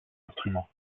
instrument